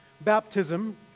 baptism